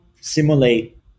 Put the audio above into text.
simulate